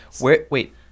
Wait